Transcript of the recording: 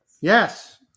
Yes